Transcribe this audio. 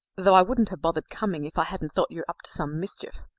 though i wouldn't have bothered coming if i hadn't thought you were up to some mischief.